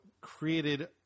created